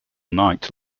night